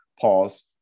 pause